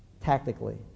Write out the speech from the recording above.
tactically